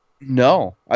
No